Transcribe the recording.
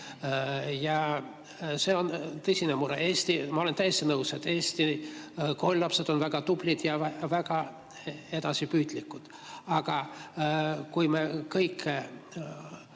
Ja see on tõsine mure. Ma olen täiesti nõus, et Eesti koolilapsed on väga tublid ja väga edasipüüdlikud, aga kui me kõike